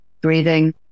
breathing